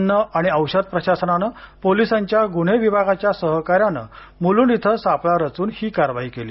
अन्न आणि औषध प्रशासनानं पोलिसांच्या गुन्हे विभागाच्या सहकार्यानं मुलुंड इथं सापळा रचून ही कारवाई केली